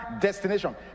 destination